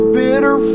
bitter